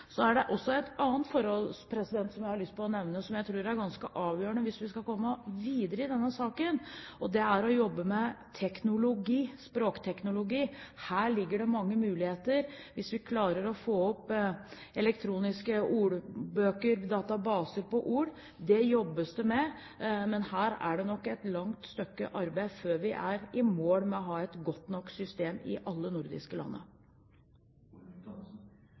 Så er det også et annet forhold som jeg har lyst til å nevne, som jeg tror er ganske avgjørende hvis vi skal komme videre i denne saken, og det er å jobbe med språkteknologi. Her ligger det mange muligheter hvis vi klarer å få opp elektroniske ordbøker, databaser på ord. Det jobbes det med, men her er det nok et godt stykke arbeid igjen før vi er i mål med å ha et godt nok system i alle de nordiske